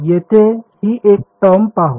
येथे ही एक टर्म पाहू